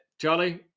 Charlie